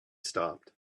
stopped